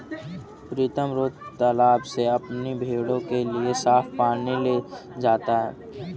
प्रीतम रोज तालाब से अपनी भेड़ों के लिए साफ पानी ले जाता है